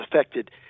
affected